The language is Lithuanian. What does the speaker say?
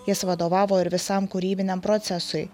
jis vadovavo ir visam kūrybiniam procesui